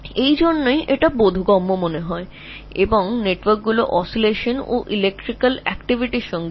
এই কারণেই এটি যুক্তিযুক্ত মনে হয় এবং এই নেটওয়ার্কগুলি দোলনের সাথে সাথে ফায়ারিং করতে থাকে